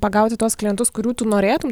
pagauti tuos klientus kurių tu norėtum